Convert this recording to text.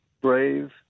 brave